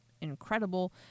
incredible